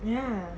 ya